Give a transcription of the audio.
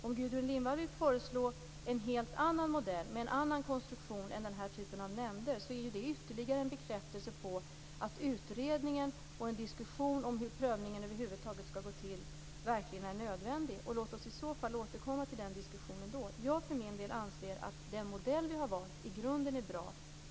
Om Gudrun Lindvall vill föreslå en helt annan modell med en annan konstruktion än den här typen av nämnder är det ytterligare en bekräftelse på att utredningen och en diskussion om hur prövningen över huvud taget skall gå till verkligen är nödvändig. Låt oss i så fall återkomma till den diskussionen då. Jag för min del anser att den modell vi har valt i grunden är bra.